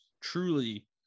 truly